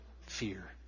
fear